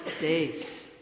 days